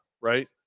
right